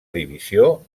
divisió